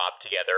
together